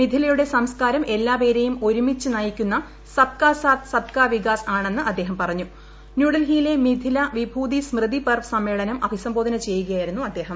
മിഥിലയുടെ സംസ്കാരം എല്ലാപേരെയും ഒരുമിച്ച് നയിക്കുന്ന സബ് കാ സാത് സബ് ക വികാസ് ആണെന്ന് അദ്ദേഹം പറഞ്ഞുപ്പ് ന്യൂഡൽഹിയിലെ മിഥില വിഭൂതി സ്മൃതി പർവ്വ് സമ്മേളനം അഭിസ്ംബോധന ചെയ്യുകയായിരുന്നു അദ്ദേഹം